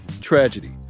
tragedy